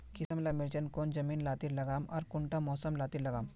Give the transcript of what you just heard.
किसम ला मिर्चन कौन जमीन लात्तिर लगाम आर कुंटा मौसम लात्तिर लगाम?